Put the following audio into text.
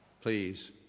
Please